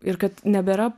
ir kad nebėra